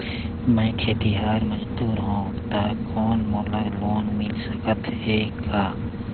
मैं खेतिहर मजदूर हों ता कौन मोला लोन मिल सकत हे का?